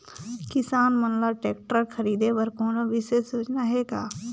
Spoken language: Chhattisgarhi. किसान मन ल ट्रैक्टर खरीदे बर कोनो विशेष योजना हे का?